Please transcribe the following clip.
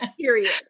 period